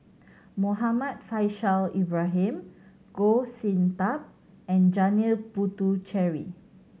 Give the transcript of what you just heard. Muhammad Faishal Ibrahim Goh Sin Tub and Janil Puthucheary